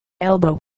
elbow